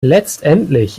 letztendlich